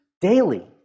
daily